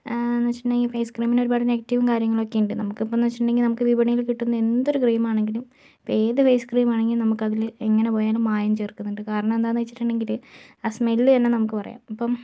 എന്ന് വെച്ചിട്ടുണെങ്കിൽ ഫെയ്സ് ക്രീമിന് ഒരുപാട് നെഗറ്റീവ് കാര്യങ്ങളൊക്കെ ഉണ്ട് നമുക്കിപ്പമെന്നുവെച്ചിട്ടുണ്ടങ്കിൽ നമുക്ക് വിപണിയിൽ കിട്ടുന്ന എന്തൊരു ക്രീം ആണെങ്കിലും ഇപ്പോൾ ഏത് ഫെയ്സ് ക്രീം ആണെങ്കിൽ നമുക്ക് അതില് എങ്ങനെ പോയാലും മായം ചേർക്കുന്നുണ്ട് കാരണം എന്താണെന്ന് വച്ചിട്ടുണ്ടെങ്കിൽ ആ സ്മെല്ല് തന്നെ നമുക്ക് പറയാം അപ്പം